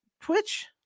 Twitch